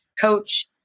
coach